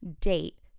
date